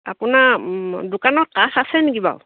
আপোনাৰ দোকানত কাঠ আছে নেকি বাৰু